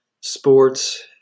sports